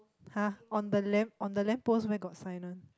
har on the lamp on the lamp post where got sign one